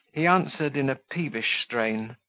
he answered, in a peevish strain,